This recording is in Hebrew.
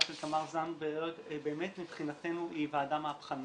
של תמר זנדברג באמת מבחינתנו היא ועדה מהפכנית.